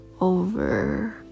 over